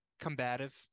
combative